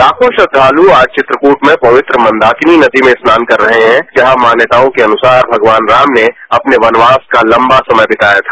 लाखों श्रद्धालु आज चित्रकूट में पवित्र मंदाकिनी नदी में स्नान कर रहे हैं जहांमान्यताओं के अनुसार भगवान राम ने अपने वनवास का लवा समय बिताया था